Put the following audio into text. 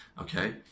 okay